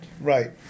Right